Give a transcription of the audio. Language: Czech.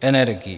energií.